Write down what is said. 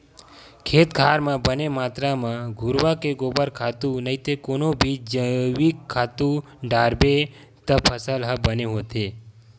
खेत खार म बने मातरा म घुरूवा के गोबर खातू नइते कोनो भी जइविक खातू डारबे त फसल ह बने होथे